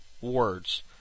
words